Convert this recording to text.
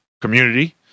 community